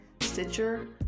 Stitcher